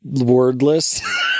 wordless